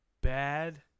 Bad